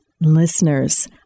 Listeners